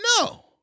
no